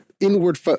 Inward